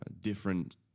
different